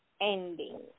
ending